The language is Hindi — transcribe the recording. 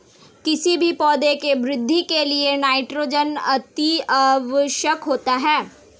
किसी भी पौधे की वृद्धि के लिए नाइट्रोजन अति आवश्यक होता है